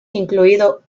incluidos